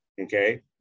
okay